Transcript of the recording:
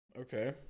Okay